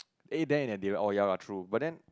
eh Den in Deloitte oh ya lah true but then